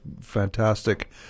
fantastic